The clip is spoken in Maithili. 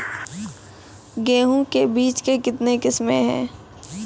गेहूँ के बीज के कितने किसमें है?